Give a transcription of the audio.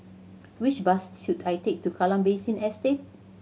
which bus should I take to Kallang Basin Estate